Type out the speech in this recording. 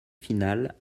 finale